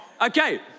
Okay